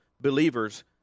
believers